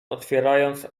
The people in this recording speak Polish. otwierając